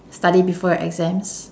study before your exams